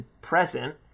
present